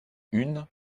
une